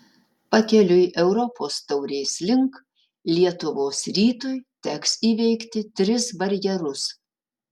pakeliui europos taurės link lietuvos rytui teks įveikti tris barjerus